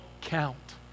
count